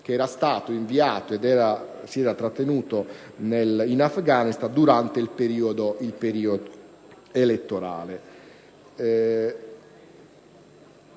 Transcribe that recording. che era stato inviato e si era trattenuto in Afghanistan durante il periodo elettorale.